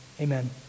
amen